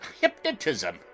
hypnotism